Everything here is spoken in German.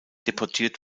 deportiert